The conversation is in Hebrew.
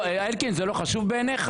אלקין, זה לא חשוב בעיניך?